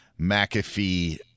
McAfee